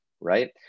right